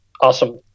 awesome